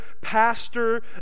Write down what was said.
pastor